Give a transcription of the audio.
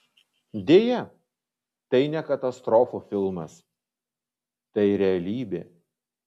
deja tai ne katastrofų filmas tai realybė